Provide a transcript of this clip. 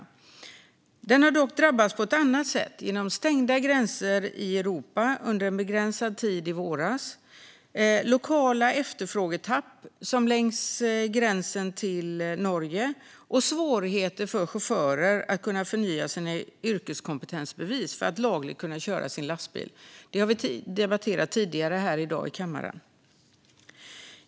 Branschen har dock drabbats på annat sätt genom stängda gränser i Europa under en begränsad tid i våras, genom lokala efterfrågetapp, som längs gränsen till Norge, och genom svårigheter för chaufförer att förnya sina yrkeskompetensbevis för att lagligt kunna köra sin lastbil. Det har vi debatterat tidigare här i dag i kammaren.